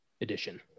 edition